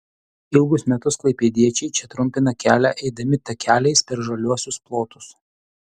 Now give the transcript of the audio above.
ilgus metus klaipėdiečiai čia trumpina kelią eidami takeliais per žaliuosius plotus